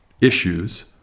issues